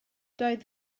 doedd